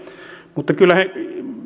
mutta kyllä he